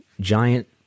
Giant